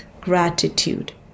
gratitude